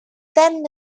then